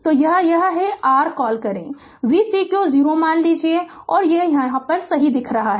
तो यह है कि r कॉल करें v cq 0 मान लीजिए कि यह सही दिखता है